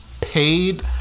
paid